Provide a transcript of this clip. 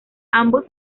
ambos